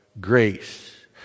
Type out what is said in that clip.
grace